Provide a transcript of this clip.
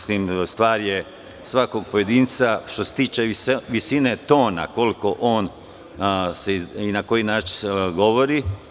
Stvar je svakog pojedinca što se tiče visine tona i na koji način on govori.